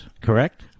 correct